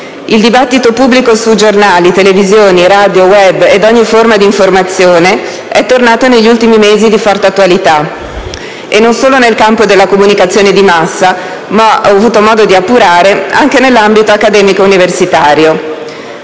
Il dibattito pubblico su giornali, televisioni, radio, *web* ed ogni forma di informazione è tornato negli ultimi mesi di forte attualità, e non solo nel campo della comunicazione di massa ma, come ho avuto modo di appurare, anche nell'ambito accademico universitario.